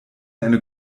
eine